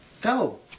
go